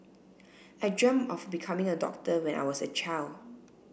I dreamt of becoming a doctor when I was a child